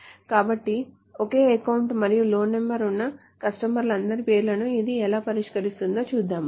కాబట్టి ఒకే అకౌంట్ మరియు లోన్ నెంబర్ ఉన్న కస్టమర్లందరి పేర్లను ఇది ఎలా పరిష్కరిస్తుందో చూద్దాము